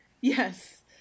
Yes